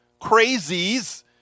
crazies